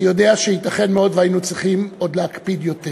אני יודע שייתכן מאוד שהיינו צריכים עוד להקפיד יותר.